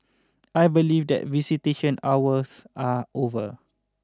I believe that visitation hours are over